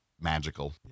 magical